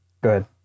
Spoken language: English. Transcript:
good